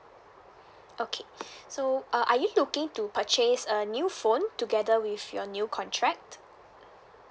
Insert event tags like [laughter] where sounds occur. okay [breath] so uh are you looking to purchase a new phone together with your new contract